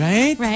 Right